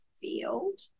field